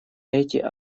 эти